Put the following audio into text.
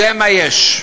זה מה יש.